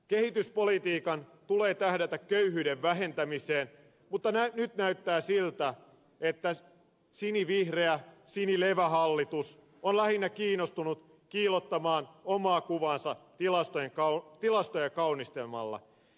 kehityspolitiikan tulee tähdätä köyhyyden vähentämiseen mutta nyt näyttää siltä että sinivihreä sinilevähallitus on lähinnä kiinnostunut kiillottamaan omaa kuvaansa tilastoja kaunistelemalla